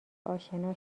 آشنا